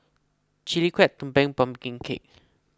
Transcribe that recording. Chili Crab Tumpeng Pumpkin Cake